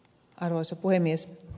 arvoisa puhemies